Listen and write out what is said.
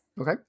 Okay